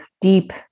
deep